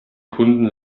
kunden